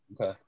Okay